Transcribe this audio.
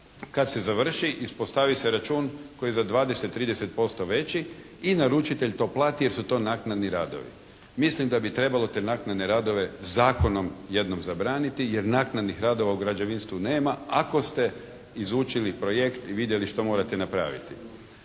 Kad se završi ispostavi se račun koji je za 20, 30% veći i naručitelj to plati jer su to naknadno radovi. Mislim da bi trebalo te naknadne radove zakonom jednom zabraniti jer naknadnih radova u građevinstvu nema ako ste izučili projekt i vidjeli što morate napraviti.